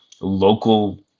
local